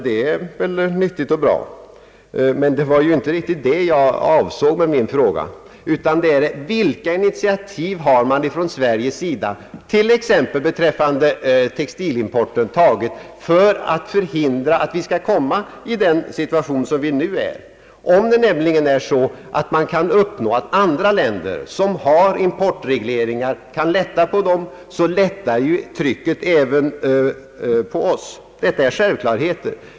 Detta är naturligtvis i och för sig positivt, men det var inte detta jag avsåg med mina frågor. Om man kan komma därhän att andra länder, som har importregleringar, lättar på «dessa, minskar självfallet trycket även på oss.